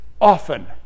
often